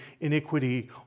iniquity